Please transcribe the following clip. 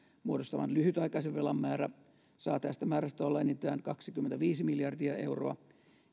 muodostaman lyhytaikaisen velan määrä saa tästä määrästä olla enintään kaksikymmentäviisi miljardia euroa